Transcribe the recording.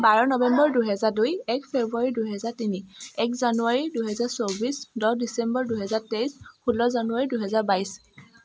বাৰ নৱেম্বৰ দুহেজাৰ দুই এক ফেব্ৰুৱাৰী দুহেজাৰ তিনি এক জানুৱাৰী দুহেজাৰ চৌবিছ দহ ডিচেম্বৰ দুহেজাৰ তেইছ ষোল্ল জানুৱাৰী দুহেজাৰ বাইছ